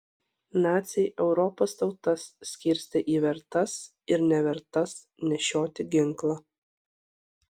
naciai europos tautas skirstė į vertas ir nevertas nešioti ginklą